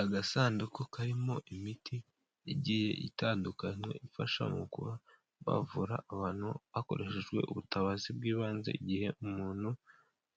Agasanduku karimo imiti igiye itandukanye ifasha mu kubavura abantu hakoreshejwe ubutabazi bw'ibanze igihe umuntu